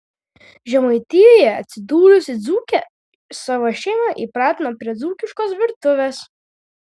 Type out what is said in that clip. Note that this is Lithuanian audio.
žemaitijoje atsidūrusi dzūkė savo šeimą įpratino prie dzūkiškos virtuvės